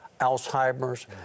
Alzheimer's